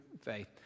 faith